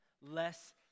Less